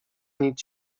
nic